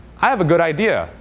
i have a good idea.